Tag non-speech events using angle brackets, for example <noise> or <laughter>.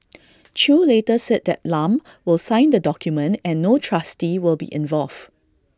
<noise> chew later set that Lam will sign the document and no trustee will be involved